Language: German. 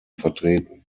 vertreten